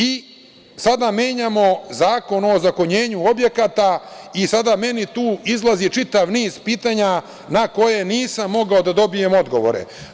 I sada menjamo Zakon o ozakonjenju objekata i sada meni tu izlazi čitav niz pitanja na koje nisam mogao da dobijem odgovore.